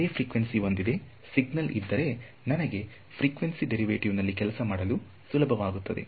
ಒಂದೇ ಫ್ರಿಕ್ವೆನ್ಸಿ ಒಂದಿದೆ ಸಿಗ್ನಲ್ ಇದ್ದರೆ ನನಗೆ ಫ್ರಿಕ್ವೆನ್ಸಿ ಡೇರಿವೆಟಿವ್ ನಲ್ಲಿ ಕೆಲಸ ಮಾಡಲು ಸುಲಭವಾಗುತ್ತದೆ